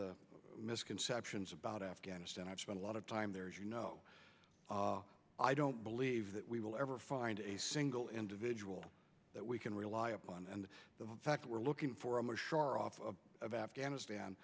the misconceptions about afghanistan i've spent a lot of time there is you know i don't believe that we will ever find a single individual that we can rely upon and the fact we're looking for a much shorter off of afghanistan